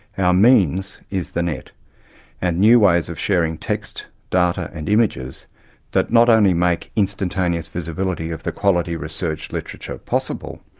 our means is the net and new ways of sharing text, data, and images that not only make instantaneous visibility of the quality research literature possible,